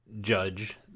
judge